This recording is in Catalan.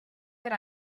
per